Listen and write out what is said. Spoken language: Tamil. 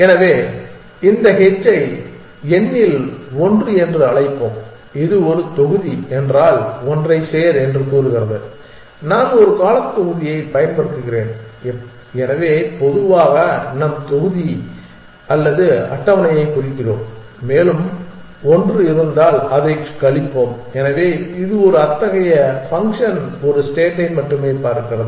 எனவே இந்த h ஐ n இல் ஒன்று என்று அழைப்போம் அது ஒரு தொகுதி என்றால் ஒன்றைச் சேர் என்று கூறுகிறது நான் ஒரு காலத் தொகுதியைப் பயன்படுத்துகிறேன் எனவே பொதுவாக நாம் தொகுதி அல்லது அட்டவணையை குறிக்கிறோம் மேலும் 1 இருந்தால் அதைக் கழிப்போம் எனவே இது ஒரு அத்தகைய ஃபங்க்ஷன் ஒரு ஸ்டேட்டை மட்டுமே பார்க்கிறது